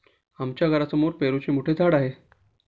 आमच्या घरासमोर पेरूचे मोठे झाड आहे